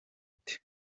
ati